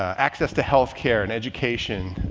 access to health care and education,